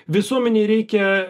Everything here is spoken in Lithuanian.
visuomenei reikia